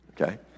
Okay